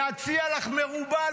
להציע לך מרובע,